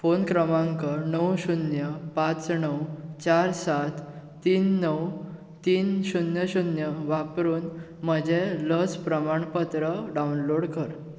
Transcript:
phone क्रमांक णव शुन्य पांच णव चार सात तीन णव तीन शुन्य शुन्य वापरून म्हजें लस प्रमाणपत्र डावनलोड कर